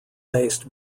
based